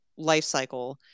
lifecycle